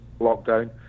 lockdown